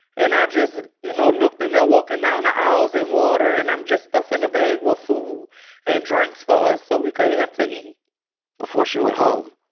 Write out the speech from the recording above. and i just you know looked in there, walking down the aisles in water. and i'm just stuffing the bag with food and drinks for us so we could have to eat before she went home,